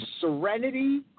serenity